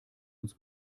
uns